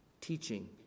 teaching